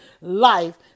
life